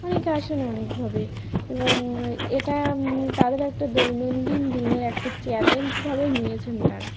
অনেকে আসেন অনেকভাবে এবং এটা তাদের একটা দৈনন্দিন দিনের একটা চ্যালেঞ্জভাবে নিয়েছেন তাঁরা